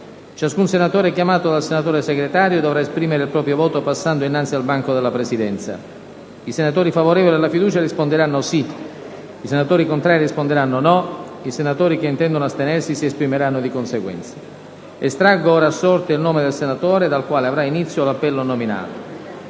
Ciascun senatore chiamato dal senatore Segretario dovrà esprimere il proprio voto passando innanzi al banco della Presidenza. I senatori favorevoli alla fiducia risponderanno sì; i senatori contrari risponderanno no; i senatori che intendono astenersi si esprimeranno di conseguenza. Onorevoli colleghi, alla Presidenza sono